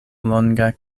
longa